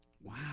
Wow